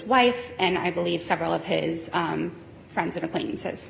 wife and i believe several of his friends and acquaintances